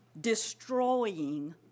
destroying